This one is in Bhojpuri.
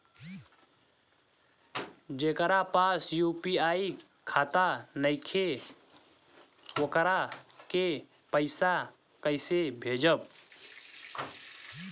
जेकरा पास यू.पी.आई खाता नाईखे वोकरा के पईसा कईसे भेजब?